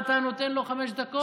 שמחה, אתה נותן לו חמש דקות?